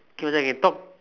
k whether I can talk